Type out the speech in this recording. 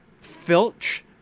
Filch